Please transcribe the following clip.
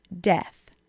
death